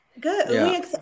Good